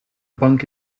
bank